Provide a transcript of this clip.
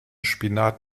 spinat